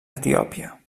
etiòpia